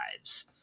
lives